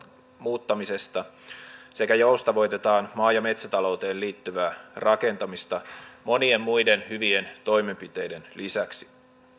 muuttamisesta sekä joustavoitetaan maa ja metsätalouteen liittyvää rakentamista monien muiden hyvien toimenpiteiden lisäksi